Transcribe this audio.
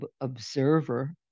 observer